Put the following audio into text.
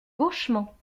gauchement